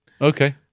Okay